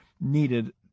needed